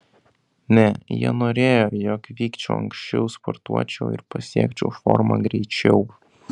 ne jie norėjo jog vykčiau anksčiau sportuočiau ir pasiekčiau formą greičiau